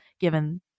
given